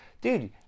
dude